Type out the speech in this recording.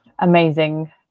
amazing